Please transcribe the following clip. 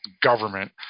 government